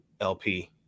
lp